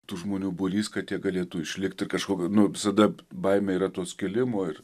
tų žmonių būrys kad jie galėtų išlikti kažkokia visada p baimė yra to skilimo ir